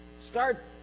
Start